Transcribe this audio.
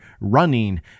running